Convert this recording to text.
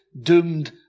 doomed